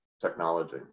technology